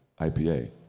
IPA